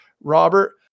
Robert